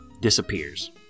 disappears